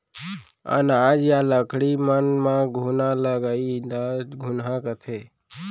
अनाज या लकड़ी मन म घुना लगई ल घुनहा कथें